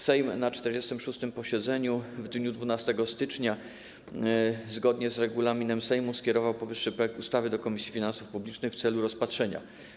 Sejm na 46. posiedzeniu w dniu 12 stycznia zgodnie z regulaminem Sejmu skierował powyższy projekt ustawy do Komisji Finansów Publicznych w celu rozpatrzenia.